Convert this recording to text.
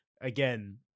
Again